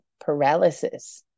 paralysis